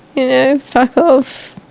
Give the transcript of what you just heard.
you know, fuck off.